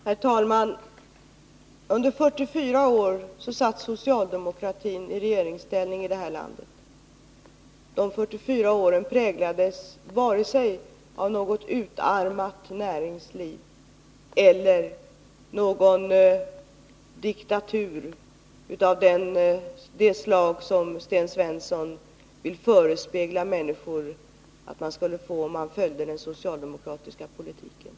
Herr talman! Under 44 år satt socialdemokratin i regeringsställning i det här landet. De 44 åren präglades varken av något utarmat näringsliv eller av någon diktatur av det slag som Sten Svensson vill förespegla människor att man skulle få om man följde den socialdemokratiska politiken.